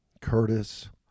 Curtis